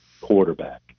quarterback